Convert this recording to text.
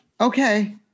Okay